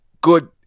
good